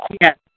Yes